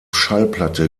schallplatte